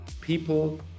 people